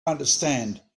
understand